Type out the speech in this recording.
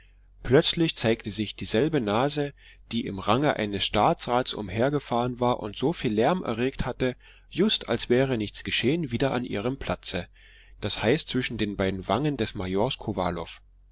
plötzlich zeigte sich dieselbe nase die im range eines staatsrats umhergefahren war und so viel lärm erregt hatte just als wäre nichts geschehen wieder an ihrem platze das heißt zwischen den beiden wangen des